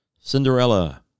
Cinderella